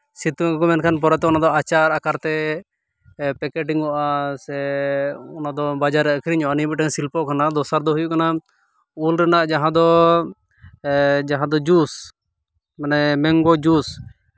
ᱥᱤᱛᱩᱝ ᱟᱠᱚ ᱢᱮᱱᱠᱷᱟᱱ ᱚᱱᱟ ᱫᱚ ᱯᱚᱨᱮᱛᱮ ᱟᱪᱟᱨ ᱟᱠᱟᱨ ᱛᱮ ᱯᱮᱠᱮᱴᱤᱝᱚᱜᱚᱜᱼᱟ ᱥᱮ ᱚᱱᱟ ᱫᱚ ᱵᱟᱡᱟᱨ ᱨᱮ ᱟᱹᱠᱷᱨᱤᱧᱚᱜᱼᱟ ᱱᱤᱭᱟᱹ ᱢᱤᱫᱴᱟᱝ ᱥᱤᱞᱯᱚ ᱠᱟᱱᱟ ᱫᱚᱥᱟᱨ ᱫᱚ ᱦᱩᱭᱩᱜ ᱠᱟᱱᱟ ᱩᱞ ᱨᱮᱱᱟᱜ ᱡᱟᱦᱟᱸ ᱫᱚ ᱡᱟᱦᱟ ᱸ ᱫᱚ ᱡᱩᱥ ᱢᱟᱱᱮ ᱢᱮᱝᱜᱳ ᱡᱩᱥ